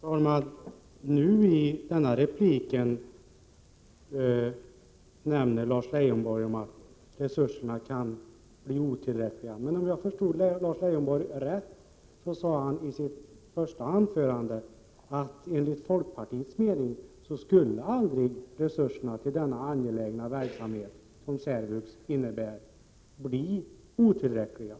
Fru talman! I sitt senaste inlägg sade Lars Leijonborg att det kan bli fråga om otillräckliga resurser. Men om jag förstod Lars Leijonborg rätt, så sade han i sitt inledningsanförande att det enligt folkpartiets mening aldrig skulle kunna bli fråga om att resurserna till den angelägna verksamhet som särvux innebär kan bli otillräckliga.